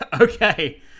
okay